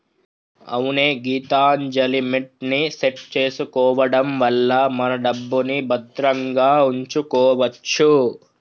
అవునే గీతాంజలిమిట్ ని సెట్ చేసుకోవడం వల్ల మన డబ్బుని భద్రంగా ఉంచుకోవచ్చు